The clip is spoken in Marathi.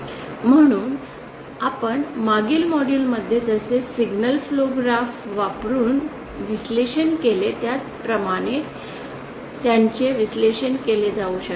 म्हणून आपण मागील मॉड्यूल मध्ये जसे सिग्नल फ्लो ग्राफ वापरून विश्लेषण केले त्याप्रमाणे त्यांचे विश्लेषण केले जाऊ शकते